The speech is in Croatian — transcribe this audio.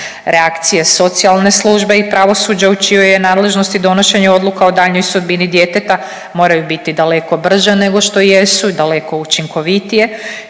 Reakcije socijalne službe i pravosuđa u čijoj je nadležnosti donošenje odluka o daljnjoj sudbini djeteta moraju biti daleko brže nego što jesu, daleko učinkovitije,